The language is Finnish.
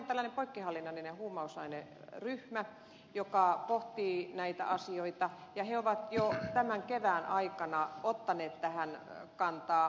meillähän on tällainen poikkihallinnollinen huumausaineryhmä joka pohtii näitä asioita ja sen jäsenet ovat jo tämän kevään aikana ottaneet tähän kantaa